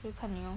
you can you know